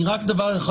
אני אומר רק דבר אחד: